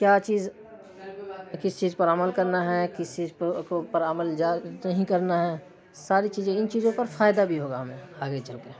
کیا چیز کس چیز پر عمل کرنا ہے کس چیز پر عمل نہیں کرنا ہے ساری چیزیں ان چیزوں پر فائدہ بھی ہوگا ہمیں آگے چل کر